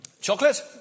chocolate